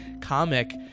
comic